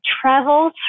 travel